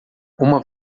uma